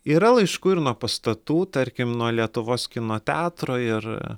yra laiškų ir nuo pastatų tarkim nuo lietuvos kino teatro ir